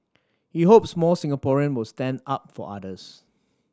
he hopes more Singaporean will stand up for others